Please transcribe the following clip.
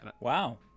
wow